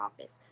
office